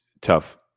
tough